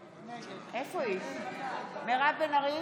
נגד איתמר בן גביר,